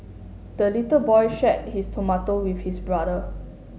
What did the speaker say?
the little boy shared his tomato with his brother